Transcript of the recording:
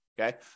Okay